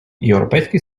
європейський